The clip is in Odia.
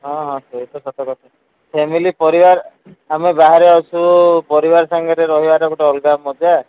ହଁ ହଁ ସେଇ ତ ସତ କଥା ଫ୍ୟାମିଲୀ ପରିବାର ଆମେ ବାହାରେ ଅଛୁ ପରିବାର ସାଙ୍ଗରେ ରହିବାର ଗୋଟେ ଅଲଗା ମଜା